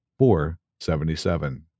4.77